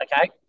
okay